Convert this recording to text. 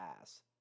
ass